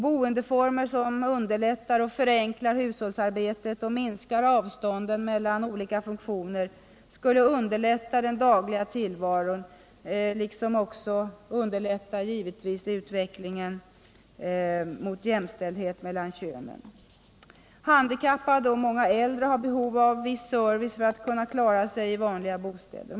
Boendeformer som underlättar och förenklar hushållsarbetet och minskar avstånden mellan olika funktioner skulle underlätta den dagliga tillvaron liksom givetvis utvecklingen mot jämställdhet mellan könen. Handikappade och många äldre har behov av viss service för att kunna klara sig i vanliga bostäder.